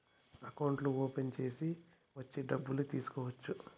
అకౌంట్లు ఓపెన్ చేసి వచ్చి డబ్బులు తీసుకోవచ్చు